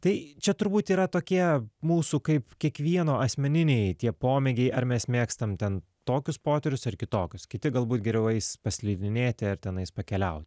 tai čia turbūt yra tokie mūsų kaip kiekvieno asmeniniai tie pomėgiai ar mes mėgstam ten tokius potyrius ar kitokius kiti galbūt geriau eis paslidinėti ar tenais pakeliaut